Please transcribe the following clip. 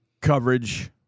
Coverage